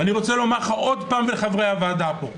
אני רוצה לומר עוד פעם לך ולחברי הוועדה פה,